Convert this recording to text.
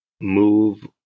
move